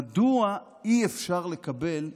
מדוע אי-אפשר לקבל,